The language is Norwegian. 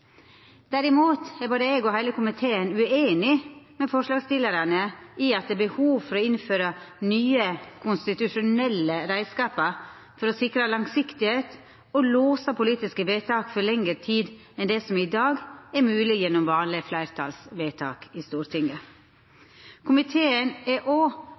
Derimot er både eg og heile komiteen ueinig med forslagsstillarane i at det er behov for å innføra nye konstitusjonelle reiskapar for å sikra langsiktigheit og låsa politiske vedtak for lengre tid enn det som i dag er mogleg gjennom vanlege fleirtalsvedtak i Stortinget. Komiteen er